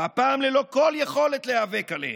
והפעם ללא כל יכולת להיאבק עליהם.